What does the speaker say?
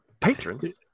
Patrons